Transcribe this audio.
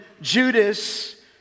Judas